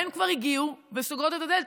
הן כבר הגיעו והן סוגרות את הדלת.